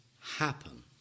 happen